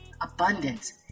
abundance